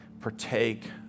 partake